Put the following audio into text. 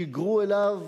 שיגרו אליו